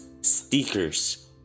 stickers